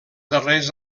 darrers